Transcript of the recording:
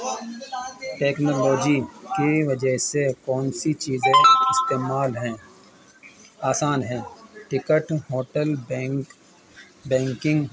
technology کی وجہ سے کون سی چیزیں استعمال ہیں آسان ہیں ٹکٹ ہوٹل بک بینکنگ